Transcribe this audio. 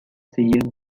sealed